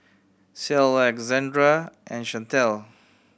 Ceil Alexandra and Shantel